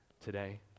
today